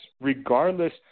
regardless